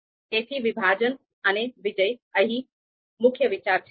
તેથી વિભાજન અને વિજય અહીં મુખ્ય વિચાર છે